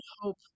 hope